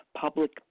public